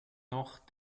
noch